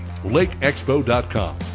LakeExpo.com